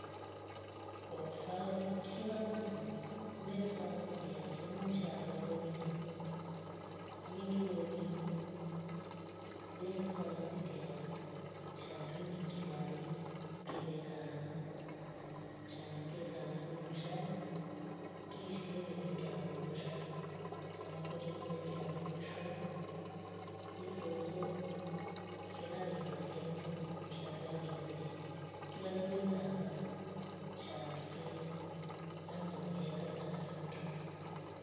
Kwa kufawa kila mndunu nesa kulia femoni shandua wonile iningi woni veng saa kuliya shandu ninga lali ngeveka navo shandu nge kanavo hundusha ngeishi veve einga vo ndusha kamwete msangia ambovishwa isoso fenave lolia kuto shandu availolia kila mndwe ngaamba shandu fe angl lolia ngaa kanafe kuta